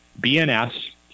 BNS